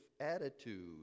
attitude